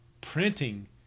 printing